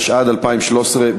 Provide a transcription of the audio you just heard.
התשע"ד 2013,